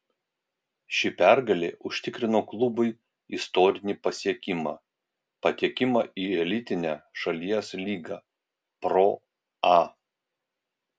ši pergalė užtikrino klubui istorinį pasiekimą patekimą į elitinę šalies lygą pro a